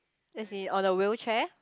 as in on the wheelchair